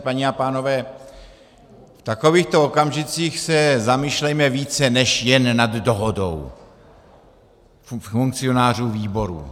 Paní a pánové, v takovýchto okamžicích se zamýšlejme více než jen nad dohodou funkcionářů výborů.